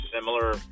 similar